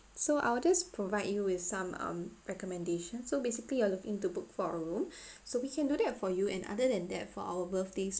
so I will just provide you with some um recommendations so basically you're looking into book for a room so we can do that for you and other than that for our birthday